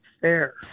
fair